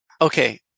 okay